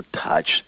touch